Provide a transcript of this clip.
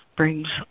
Brings